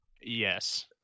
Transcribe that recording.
Yes